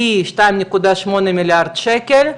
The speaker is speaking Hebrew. כ-2.8 מיליארד שקל,